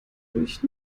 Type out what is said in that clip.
durch